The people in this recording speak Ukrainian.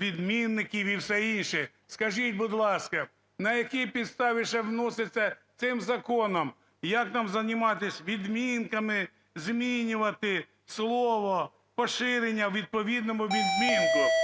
відмінників і все інше. Скажіть, будь ласка, на якій підставі ще вносите цим законом, як нам займатися відмінками, змінювати слово "поширення" у відповідному відмінку.